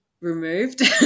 removed